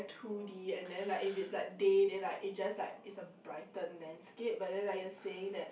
two D and then like if is like day then like it just like it's a brightened landscape but then like you are saying that